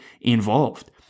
involved